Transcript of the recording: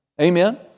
Amen